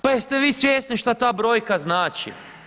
Pa jeste vi svjesni što ta brojka znači?